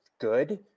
good